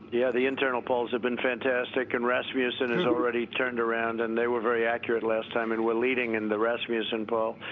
yeah, the internal polls have been fantastic, and rasmussen has already turned around, and they were very accurate last time. and we're leading in the rasmussen poll.